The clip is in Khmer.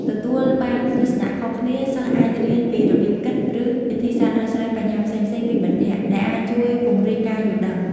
ទទួលបានទស្សនៈខុសគ្នាសិស្សអាចរៀនពីរបៀបគិត ឬវិធីសាស្រ្តដោះស្រាយបញ្ហាផ្សេងៗពីមិត្តភក្តិ ដែលអាចជួយពង្រីកការយល់ដឹង។